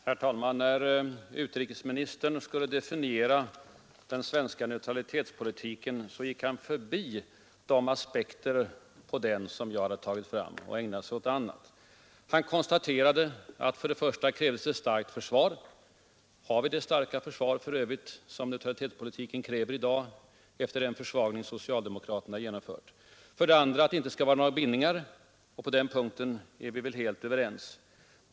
Herr talman! När utrikesministern skulle definiera den svenska neutralitetspolitiken gick han förbi de aspekter på den som jag hade tagit fram och ägnade sig åt annat. Han konstaterade att det till att börja med krävdes ett starkt försvar — har vi för övrigt det starka försvar som neutralitetspolitiken kräver i dag efter den försvagning socialdemokraterna genomfört? — Han angav som en andra förutsättning att det inte skall finnas några bindningar. På den punkten är vi helt överens.